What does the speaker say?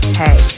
hey